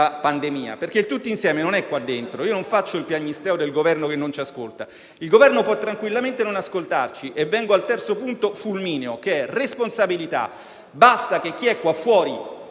pandemia? Tutti insieme non è qui dentro. Io non faccio il piagnisteo del Governo che non ci ascolta. Il Governo può tranquillamente non ascoltarci. Vengo così fulmineamente al terzo punto, che è responsabilità. Basta che chi è qua fuori